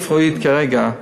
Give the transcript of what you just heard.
רשלנות רפואית כרגע,